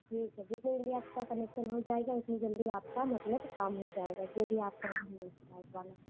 ठीक है जितनी जल्दी आपका कनेक्शन हो जाएगा उतनी जल्दी आपका मतलब काम हो जाएगा जो भी आप कहेंगे लाइट वाला